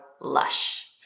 lush